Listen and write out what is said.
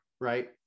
right